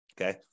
Okay